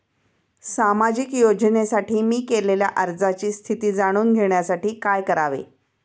सामाजिक योजनेसाठी मी केलेल्या अर्जाची स्थिती जाणून घेण्यासाठी काय करावे?